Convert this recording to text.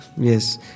Yes